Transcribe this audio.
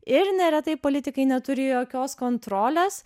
ir neretai politikai neturi jokios kontrolės